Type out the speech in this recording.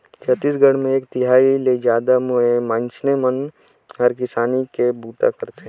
छत्तीसगढ़ मे एक तिहाई ले जादा मइनसे मन हर किसानी के बूता करथे